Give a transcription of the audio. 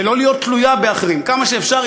ולא להיות תלויה באחרים כמה שאפשר,